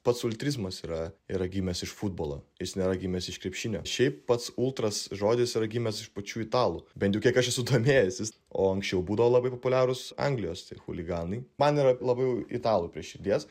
pats ultrizmas yra yra gimęs iš futbolo jis nėra gimęs iš krepšinio šiaip pats ultras žodis yra gimęs iš pačių italų bent jau kiek aš esu domėjęsis o anksčiau būdavo labai populiarūs anglijos chuliganai man yra labiau italų prie širdies